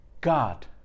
God